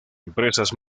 empresas